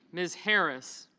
ms. harris